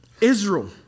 Israel